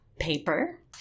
paper